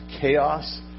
chaos